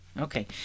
Okay